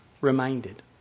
reminded